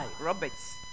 Roberts